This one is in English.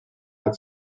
had